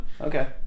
Okay